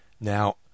Now